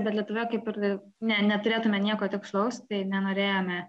bet lietuvoje kaip ir na ne neturėtumėme nieko tikslaus tai nenorėjome